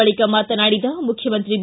ಬಳಿಕ ಮಾತನಾಡಿದ ಮುಖ್ಯಮಂತ್ರಿ ಬಿ